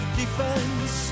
defense